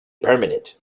permanent